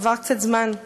עבר קצת זמן,